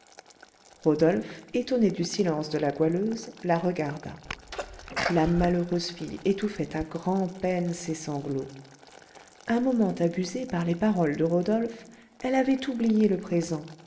rodolphe étonné du silence de la goualeuse la regarda la malheureuse fille étouffait à grand-peine ses sanglots un moment abusée par les paroles de rodolphe elle avait oublié le présent